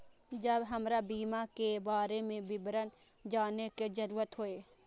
जब हमरा बीमा के बारे में विवरण जाने के जरूरत हुए?